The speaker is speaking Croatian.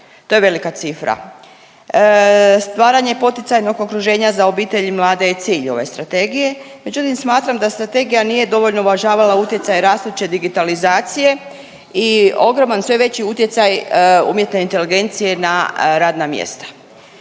to je velika cifra. Stvaranje poticajnog okruženja za obitelj i mlade je cilj ove strategije, međutim smatram da strategija nije dovoljno uvažavala utjecaj rastuće digitalizacije i ogroman sve veći utjecaj umjetne inteligencije na radna mjesta.